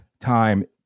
time